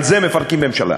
על זה מפרקים ממשלה,